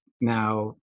now